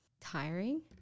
tiring